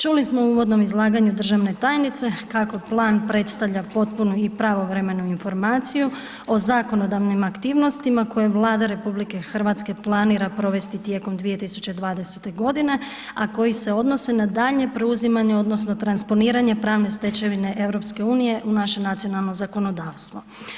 Čuli smo u uvodnom izlaganju državne tajnice kako plan predstavlja potpunu i pravovremenu informaciju o zakonodavnim aktivnostima koje Vlada RH planira provesti tijekom 2020. godine, a koji se odnose na daljnje preuzimanje odnosno transponiranje pravne stečevine EU u naše nacionalno zakonodavstvo.